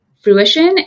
fruition